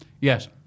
yes